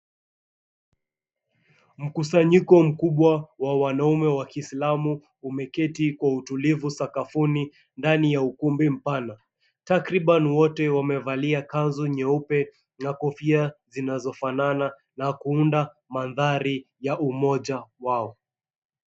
Mkusanyiko mkubwa wa wanaume wa kiislamu umeketi kwa utulivu sakafuni ndani ya ukumbi mpana. Takriban wote wamevalia kanzu nyeupe na kofia zinazofanana na kuunda mandhari ya umoja wao.